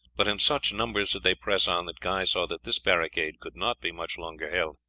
but in such numbers did they press on that guy saw that this barricade could not be much longer held.